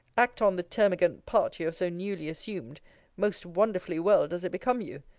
act on the termagant part you have so newly assumed most wonderfully well does it become you.